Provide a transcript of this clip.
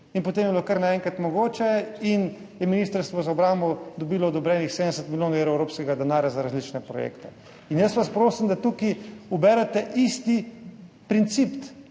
In potem je bilo kar naenkrat mogoče in je Ministrstvo za obrambo dobilo odobrenih 70 milijonov evrov evropskega denarja za različne projekte. Jaz vas prosim, da tukaj uberete isti princip,